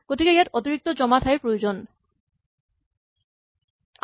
গতিকে ইয়াত অতিৰিক্ত জমা ঠাইৰ প্ৰয়োজন হয়